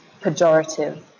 pejorative